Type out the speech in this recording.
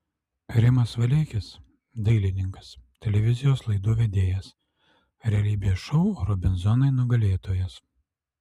rimas valeikis dailininkas televizijos laidų vedėjas realybės šou robinzonai nugalėtojas